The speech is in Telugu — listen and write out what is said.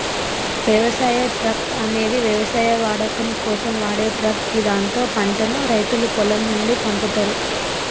వ్యవసాయ ట్రక్ అనేది వ్యవసాయ వాడకం కోసం వాడే ట్రక్ గిదాంతో పంటను రైతులు పొలం నుండి పంపుతరు